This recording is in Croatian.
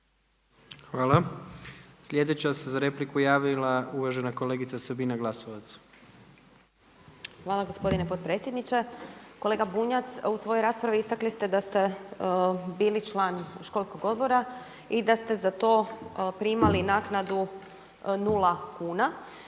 Hvala. Sljedeća se za repliku javila uvažena kolegica Sabina Glasovac. **Glasovac, Sabina (SDP)** Hvala gospodine potpredsjedniče. Kolega Bunjac u svojoj raspravi istakli ste da ste bili član školskog odbora i da ste za to primali naknadu 0 kuna.